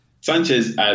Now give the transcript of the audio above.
Sanchez